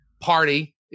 party